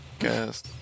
Yes